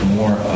more